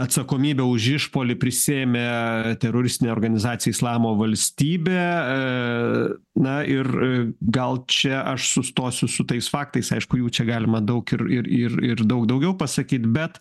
atsakomybę už išpuolį prisiėmė teroristinė organizacija islamo valstybę na ir gal čia aš sustosiu su tais faktais aišku jų čia galima daug ir ir ir ir daug daugiau pasakyti bet